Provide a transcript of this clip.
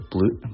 Blue